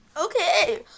Okay